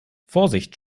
vorsicht